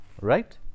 right